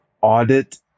audit